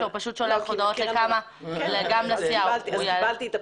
הוא פשוט שלח הודעות --- קיבלתי את הפנייה,